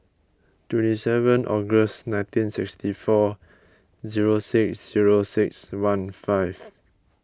twenty seven August nineteen sixty four zero six zero six one five